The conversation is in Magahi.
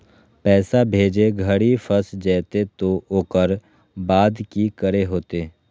पैसा भेजे घरी फस जयते तो ओकर बाद की करे होते?